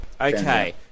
Okay